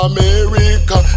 America